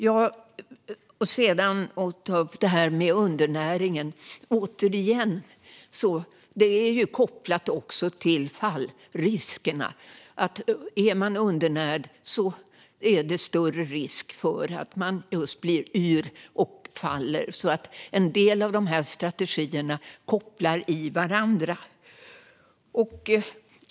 Jag vill också ta upp detta med undernäring. Det är också kopplat till fallriskerna. Är man undernärd är det större risk för att man blir yr och faller. En del av strategierna kopplar alltså i varandra.